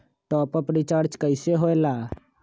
Top up recharge कइसे होएला?